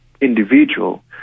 individual